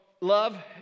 love